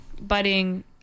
budding